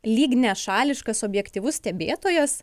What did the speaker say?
lyg nešališkas objektyvus stebėtojas